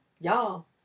y'all